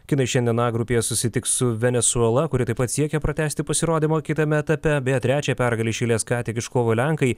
kinai šiandien a grupėje susitiks su venesuela kuri taip pat siekia pratęsti pasirodymą kitame etape beje trečią pergalę iš eilės ką tik iškovojo lenkai